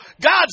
God's